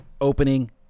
opening